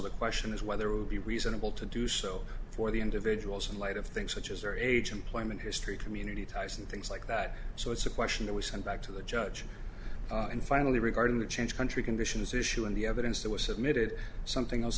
the question is whether it would be reasonable to do so for the individuals in light of things such as their age employment history community ties and things like that so it's a question that was sent back to the judge and finally regarding the change country conditions issue and the evidence that was submitted something else